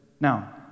Now